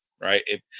right